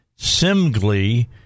Simgly